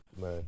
man